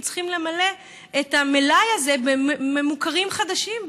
צריכים למלא את המלאי הזה במתמכרים חדשים,